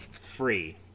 free